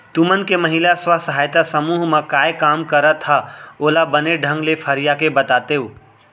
तुमन के महिला स्व सहायता समूह म काय काम करत हा ओला बने ढंग ले फरिया के बतातेव?